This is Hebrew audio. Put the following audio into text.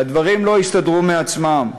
והדברים לא יסתדרו מעצמם.